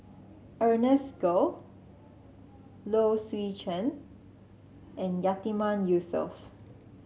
Ernest Goh Low Swee Chen and Yatiman Yusof